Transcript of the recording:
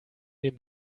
dem